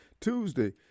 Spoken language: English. Tuesday